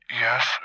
Yes